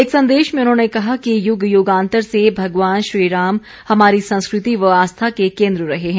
एक संदेश में उन्होंने कहा कि युग युगांतर से भगवान श्री राम हमारी संस्कृति व आस्था के केंद्र रहे हैं